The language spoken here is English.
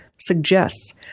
suggests